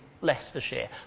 Leicestershire